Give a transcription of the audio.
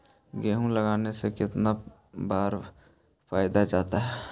गेहूं लगने से कितना बार पटाया जाता है?